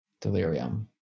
delirium